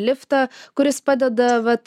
liftą kuris padeda vat